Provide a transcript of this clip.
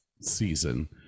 season